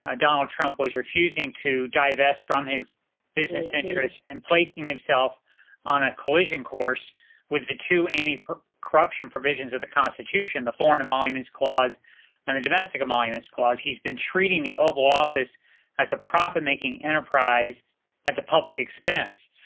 ah donald trump was refusing to divest from his business interests and placing himself on a collision course with the two anti corruption provisions of the constitution the foreign emoluments clause and the domestic emoluments clause. he's been treating the oval office as a profit making enterprise at the public expense.